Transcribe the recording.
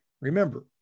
Remember